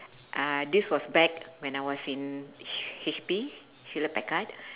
uh this was back when I was in HP Hewlett-Packard